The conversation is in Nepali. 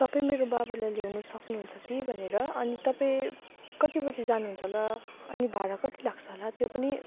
तपाईँ मेरो बाबालाई ल्याउनु सक्नुहुन्छ कि भनेर अनि तपाईँ कति बजी जानुहुन्छ होला अनि भाडा कति लाग्छ होला त्यो पनि